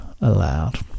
aloud